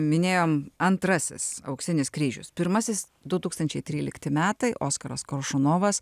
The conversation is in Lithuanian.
minėjom antrasis auksinis kryžius pirmasis du tūkstančiai trylikti metai oskaras koršunovas